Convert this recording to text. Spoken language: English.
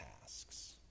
tasks